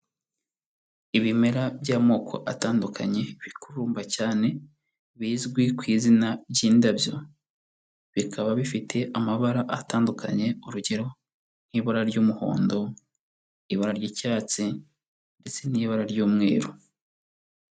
Ibimera by'amoko atandukanye bikururumba cyane, bizwi ku izina ry'indabyo, bikaba bifite amabara atandukanye urugero nk'ibara ry'umuhondo, ibara ry'icyatsi ndetse n'ibara ry'umweru.